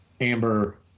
amber